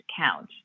count